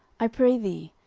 i pray thee,